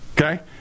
okay